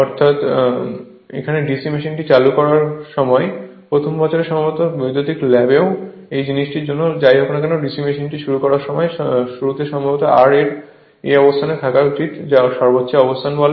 আসলে যখন DC machine চালু করবেন প্রথম বছর সম্ভবত বৈদ্যুতিক ল্যাবও এই জিনিসটির জন্য বা যাই হোক না কেন DC মেশিনটি শুরু করার সময় শুরুতে R এর এই অবস্থানে থাকা উচিত যা সর্বোচ্চ অবস্থান বলে